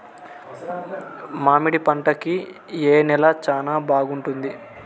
మామిడి పంట కి ఏ నేల చానా బాగుంటుంది